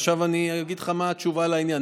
עכשיו אני אגיד לך מה התשובה לעניין.